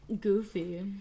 goofy